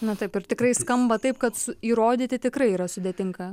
na taip ir tikrai skamba taip kad įrodyti tikrai yra sudėtinga